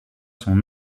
son